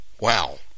Wow